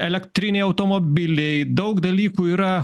elektriniai automobiliai daug dalykų yra